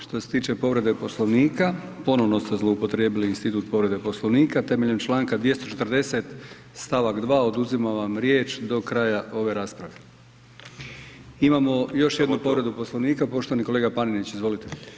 Što se tiče povrede Poslovnika, ponovno ste zloupotrijebili institut povrede Poslovnika, temeljem članka 240. stavak 2. oduzimam vam riječ do kraja ove rasprave. ... [[Upadica se ne čuje.]] Imamo još jednu povredu Poslovnika poštovani kolega Panenić, izvolite.